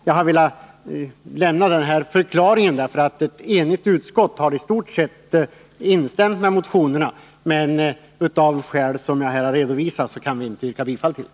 Jag har velat lämna denna förklaring, då ett enigt utskott i stort sett har instämt med motionärerna men av skäl som jag här har redovisat inte har kunnat tillstyrka motionerna.